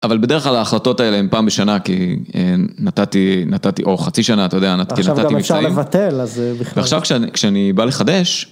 אבל בדרך כלל ההחלטות האלה הם פעם בשנה כי נתתי, נתתי אור חצי שנה, אתה יודע, כי נתתי מבצעים. עכשיו גם אפשר לבטל, אז בכלל. ועכשיו כשאני בא לחדש...